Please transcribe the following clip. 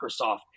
Microsoft